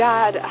God